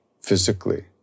Physically